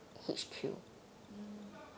mm